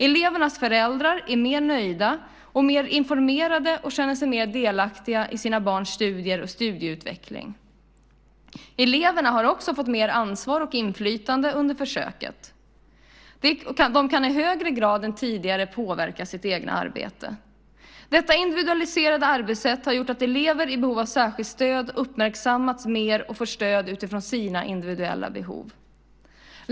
Elevernas föräldrar är mer nöjda, mer informerade och känner sig mer delaktiga i sina barns studier och studieutveckling. Eleverna har också fått mer ansvar och inflytande under försöket. De kan i högre grad än tidigare påverka sitt eget arbete. Detta individualiserade arbetssätt har gjort att elever i behov av särskilt stöd uppmärksammats mer och fått stöd utifrån sina individuella behov.